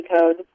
code